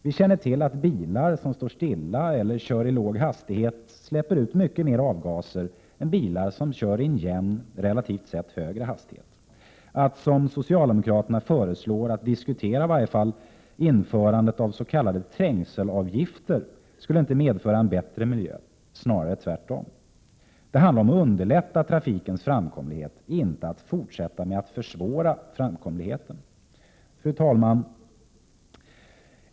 Vi känner till att bilar som står stilla eller kör i låg hastighet släpper ut mycket mer avgaser än bilar som kör i en jämn, relativt sett högre hastighet. Ett införande av s.k. trängselavgifter, som socialdemokraterna föreslår skall diskuteras, skulle inte medföra en bättre miljö, snarare tvärtom. Det handlar om att underlätta trafikens framkomlighet, inte om att fortsätta att försvåra framkomligheten. Fru talman!